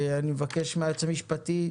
אני מבקש מהיועץ המשפטי,